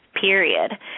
period